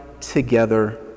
together